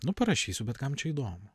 nu parašysiu bet kam čia įdomu